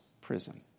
prison